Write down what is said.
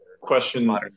Question